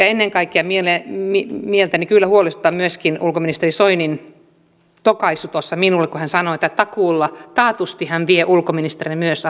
ennen kaikkea mieltäni mieltäni kyllä huolestuttaa myöskin ulkoministeri soinin tokaisu tuossa minulle kun hän sanoi että taatusti hän vie ulkoministerinä myös